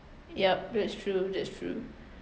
yup that's true that's true